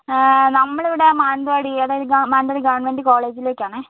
നമ്മളിവിടെ മാനന്തവാടി അതായത് മാനന്തവാടി ഗവണ്മെൻറ്റ് കോളേജിലേക്കാണേ